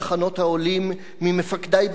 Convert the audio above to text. ממפקדי בפלמ"ח וב'הגנה'.